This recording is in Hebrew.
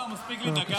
לא, מספיקה לי דקה.